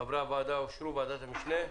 חברי ועדת המשנה אושרו.